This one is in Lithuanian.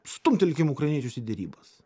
stumtelkim ukrainiečius į derybas